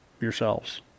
yourselves